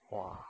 !wah!